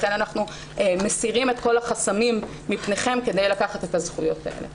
לכן אנחנו מסירים את כל החסמים מפניכם כדי לקחת את הזכויות האלה.